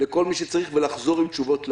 לכל מי שצריך ולחזור עם תשובות להורים,